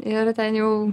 ir ten jau